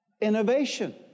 Innovation